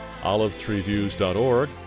olivetreeviews.org